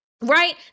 right